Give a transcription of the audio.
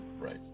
right